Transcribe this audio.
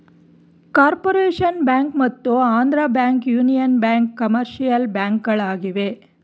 corporation bank ಮತ್ತು Andhra bank, union bank commercial ಬ್ಯಾಂಕ್ಗಳಾಗಿವೆ